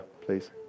please